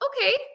Okay